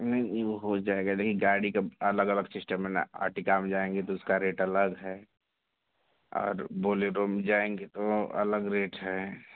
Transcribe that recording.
नहीं वो हो जायेगा नहीं गाड़ी का अलग अलग सिस्टम है आर्टिगा में जायेंगे तो उसका रेट अलग है और बोलेरो में जायेंगे तो अलग रेट है